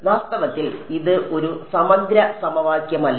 വാസ്തവത്തിൽ ഇത് ഒരു സമഗ്ര സമവാക്യമല്ല